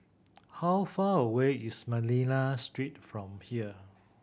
how far away is Manila Street from here